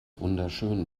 wunderschön